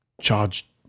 charge